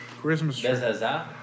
Christmas